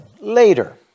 later